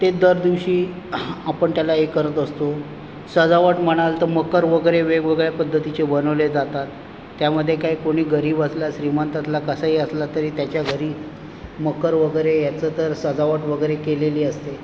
ते दर दिवशी आपण त्याला हे करत असतो सजावट म्हणाल तर मखर वगैरे वेगवेगळ्या पद्धतीचे बनवले जातात त्यामध्ये काही कोणी गरीब असला श्रीमंत असला कसाही असला तरी त्याच्या घरी मखर वगैरे याचं तर सजावट वगैरे केलेली असते